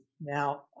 Now